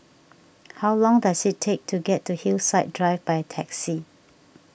how long does it take to get to Hillside Drive by taxi